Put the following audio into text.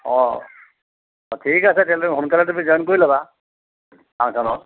অ ঠিক আছে তেন্তে সোনকালে তুমি জইন কৰি ল'বা ফাংচনত